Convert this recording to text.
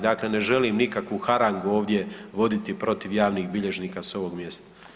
Dakle, ne želim nikakvu harangu ovdje voditi protiv javnih bilježnika s ovog mjesta.